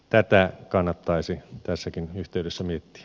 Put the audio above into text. tätä kannattaisi tässäkin yhteydessä miettiä